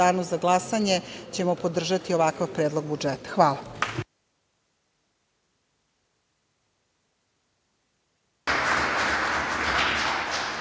Hvala.